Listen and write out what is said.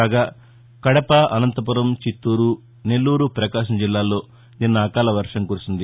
కాగా కడప అనంతపురం చిత్తూరు నెల్లూరు పకాశం జిల్లాల్లో నిన్న అకాల వర్షం కురిసింది